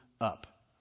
up